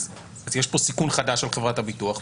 יש פה סיכון חדש על חברת הביטוח,